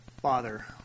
Father